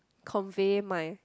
convey my